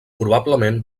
probablement